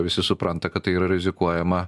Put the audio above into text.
visi supranta kad tai yra rizikuojama